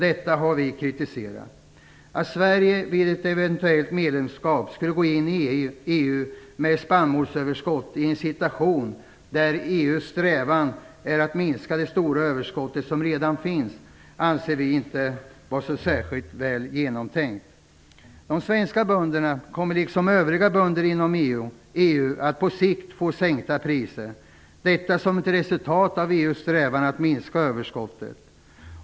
Detta har vi kritiserat. Att Sverige vid ett eventuellt medlemskap skulle gå in i EU med ett spannmålsöverskott, i en situation där EU:s strävan är att minska det stora överskott som redan finns, anser vi inte är särskilt väl genomtänkt. De svenska bönderna kommer, liksom övriga bönder inom EU, att på sikt få sänka priserna. Detta blir som ett resultat av EU:s strävan att minska överskottet.